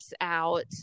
out